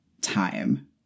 time